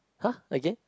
!huh! again